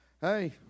hey